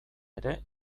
ere